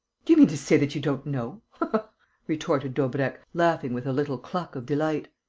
do you mean to say that you don't know? retorted daubrecq, laughing with a little cluck of delight.